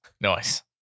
Nice